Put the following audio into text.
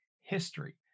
history